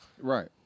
Right